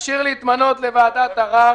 כשיר להתמנות לוועדת ערר